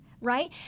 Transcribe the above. right